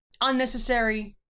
Unnecessary